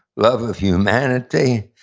love of humanity,